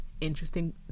interesting